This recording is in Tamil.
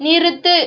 நிறுத்து